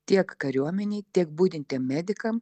tiek kariuomenei tiek budintiem medikam